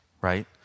right